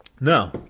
No